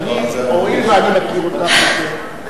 אני יכול לשמור על יהדותי רק מתוך התחושה שלי,